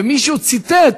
ומישהו ציטט,